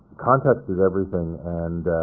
context is everything, and